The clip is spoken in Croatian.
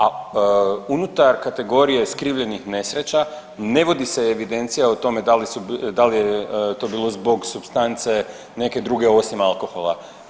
A unutar kategorije skrivenih nesreća ne vodit se evidencija o tome da li je to bilo zbog supstance neke druge osim alkohola.